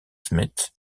smith